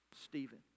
Stephen